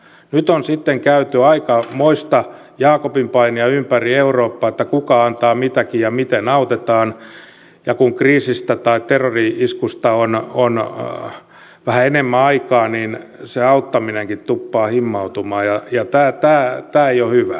nyt on sitten käyty aikamoista jaakopinpainia ympäri eurooppaa että kuka antaa mitäkin ja miten autetaan ja kun kriisistä tai terrori iskusta on vähän enemmän aikaa niin se auttaminenkin tuppaa himmautumaan ja tämä ei ole hyvä